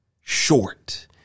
short